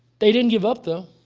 they didn't give up though.